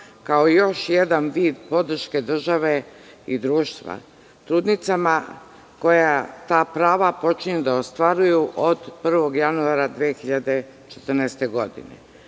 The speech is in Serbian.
kao još jedan vid podrške države i društva, trudnicama koje ta prava počinju da ostvaruju od 1. januara 2014. godine. Naime,